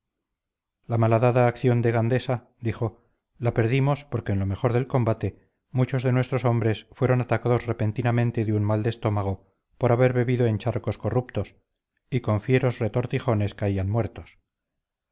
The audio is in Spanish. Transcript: la malhadada acción de gandesa dijo la perdimos porque en lo mejor del combate muchos de nuestros hombres fueron atacados repentinamente de un mal de estómago por haber bebido en charcos corruptos y con fieros retortijones caían muertos